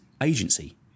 agency